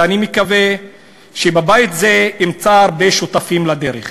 ואני מקווה שבבית זה אמצא הרבה שותפים לדרך.